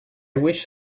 wish